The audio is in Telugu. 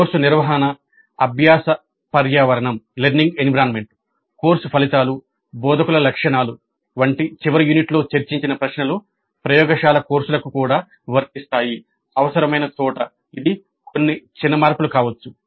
కోర్సు నిర్వహణ అభ్యాస పర్యావరణం కోర్సు ఫలితాలు బోధకుల లక్షణాలు వంటి చివరి యూనిట్లో చర్చించిన ప్రశ్నలు ప్రయోగశాల కోర్సులకు కూడా వర్తిస్తాయి అవసరమైన చోట ఇది కొన్ని చిన్న మార్పులు కావచ్చు